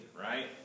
right